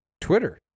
Twitter